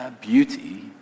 beauty